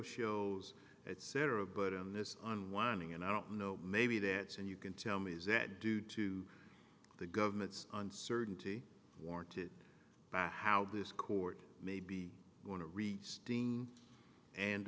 shows etc but in this unwinding and i don't know maybe that's and you can tell me is that due to the government's uncertainty warranted by how this court may be going to restring and